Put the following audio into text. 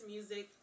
Music